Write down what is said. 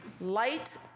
light